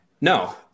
No